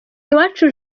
uwacu